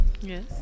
yes